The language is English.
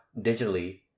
digitally